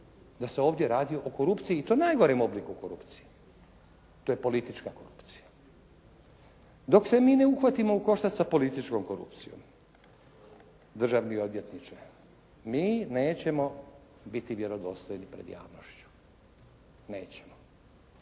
da se ovdje radi o korupciji i to najgorem obliku korupcije. To je politička korupcija. Dok se mi ne uhvatimo u koštac sa političkom korupcijom državni odvjetniče mi nećemo biti vjerodostojni pred javnošću. Nećemo.